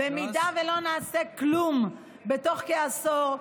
אם לא נעשה כלום בתוך כעשור,